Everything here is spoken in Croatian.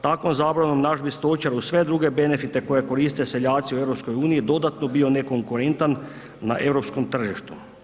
Takvom zabranom naš bi stočar uz sve druge benefite koje koriste seljaci u EU dodatno bio nekonkurentan na EU tržištu.